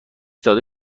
داده